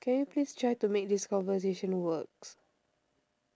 can you please try to make this conversation works